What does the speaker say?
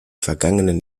vergangenen